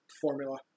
formula